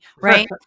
right